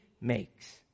makes